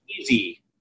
easy